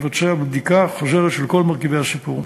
יבצע בדיקה חוזרת של כל מרכיבי הסיפור.